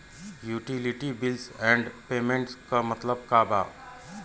Utility bills and payments क मतलब का बा?